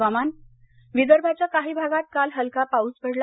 हवामान विदर्भाच्या काही भागांत काल हलका पाऊस पडला